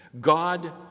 God